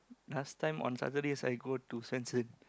last time on Saturdays I go to Swensen